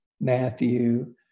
Matthew